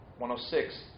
106